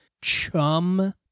chum